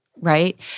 Right